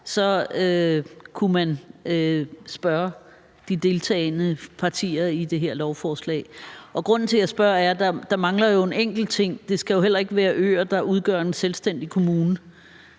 kunne man spørge de deltagende partier i det her lovforslag. Grunden til, at jeg spørger, er, at der mangler en enkelt ting – det skal jo heller ikke være øer, der udgør en selvstændig kommune.